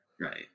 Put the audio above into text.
Right